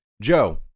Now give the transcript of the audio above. Joe